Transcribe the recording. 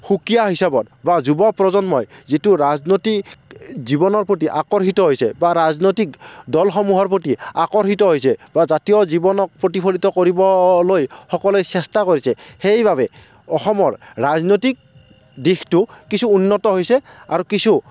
সুকীয়া হিচাপত বা যুৱ প্ৰজন্মই যিটো ৰাজনৈতিক জীৱনৰ প্ৰতি আকৰ্ষিত হৈছে বা ৰাজনৈতিক দলসমূহৰ প্ৰতি আকৰ্ষিত হৈছে বা জাতীয় জীৱনক প্ৰতিফলিত কৰিবলৈ সকলোৱে চেষ্টা কৰিছে সেইবাবে অসমৰ ৰাজনৈতিক দিশটো কিছু উন্নত হৈছে আৰু কিছু